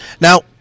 Now